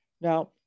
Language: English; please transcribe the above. Now